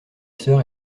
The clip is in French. sœur